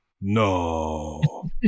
no